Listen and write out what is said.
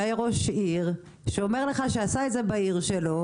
שהיה ראש עיר שאומר לך שהוא עשה את זה בעיר שלו.